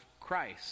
Christ